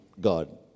God